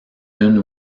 une